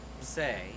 say